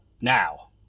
now